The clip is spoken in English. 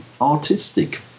artistic